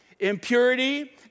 impurity